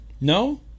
no